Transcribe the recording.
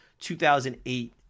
2008